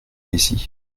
ici